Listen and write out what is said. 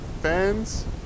fans